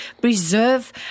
preserve